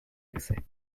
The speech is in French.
excès